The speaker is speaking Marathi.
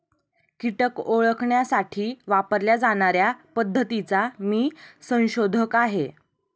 कीटक ओळखण्यासाठी वापरल्या जाणार्या पद्धतीचा मी संशोधक आहे